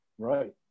Right